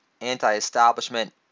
anti-establishment